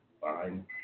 fine